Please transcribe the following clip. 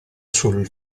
sul